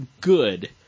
good